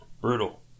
Brutal